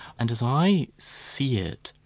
and as i see it,